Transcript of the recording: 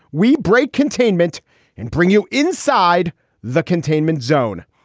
we break containment and bring you inside the containment zone.